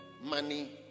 money